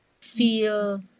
feel